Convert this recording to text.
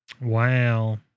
Wow